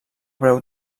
breu